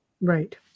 Right